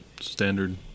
Standard